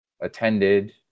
attended